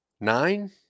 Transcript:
Nine